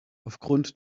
aufgrund